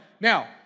Now